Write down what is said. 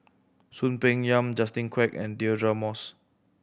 Soon Peng Yam Justin Quek and Deirdre Moss